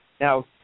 Now